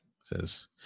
Says